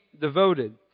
devoted